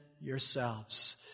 yourselves